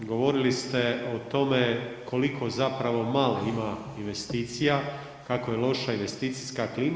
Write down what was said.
Govorili ste o tome koliko zapravo malo ima investicija, kako je loša investicijska klima.